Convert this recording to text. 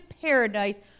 paradise